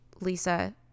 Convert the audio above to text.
Lisa